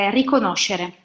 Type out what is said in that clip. riconoscere